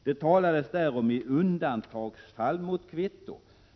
Där används uttrycket ”i undantagsfall mot kvitto”.